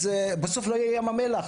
אז בסוד לא יהיה ים המלח,